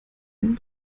einen